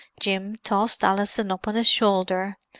jim tossed alison up on his shoulder,